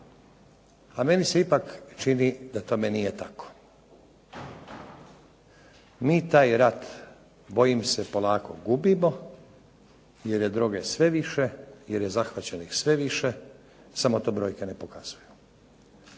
A meni se ipak čini da tome nije tako. Mi taj rat bojim se polako gubimo, jer je droge sve više, jer je zahvaćenih sve više, samo to brojke ne pokazuju.